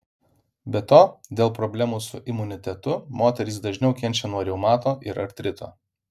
be to dėl problemų su imunitetu moterys dažniau kenčia nuo reumato ir artrito